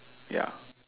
ya